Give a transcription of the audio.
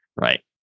Right